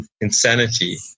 insanity